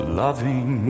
loving